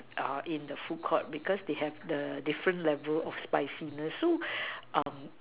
in the food court because they have different level of spiciness so